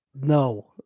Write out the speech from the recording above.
No